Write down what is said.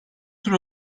tur